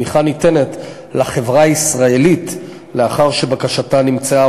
התמיכה ניתנת לחברה הישראלית לאחר שבקשתה נמצאה